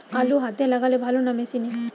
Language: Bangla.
আলু হাতে লাগালে ভালো না মেশিনে?